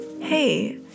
Hey